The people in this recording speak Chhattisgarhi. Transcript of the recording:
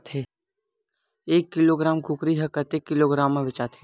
एक किलोग्राम कुकरी ह कतेक किलोग्राम म बेचाथे?